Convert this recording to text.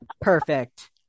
perfect